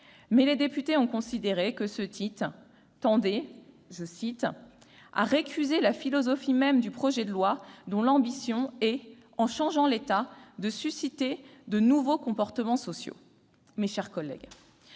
Mais les députés ont considéré que ce titre tendait à « récuser la philosophie même du projet de loi dont l'ambition est, en changeant l'État, de susciter de nouveaux comportements sociaux ».